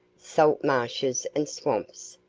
salt marshes and swamps,